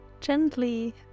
gently